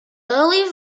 early